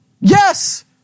Yes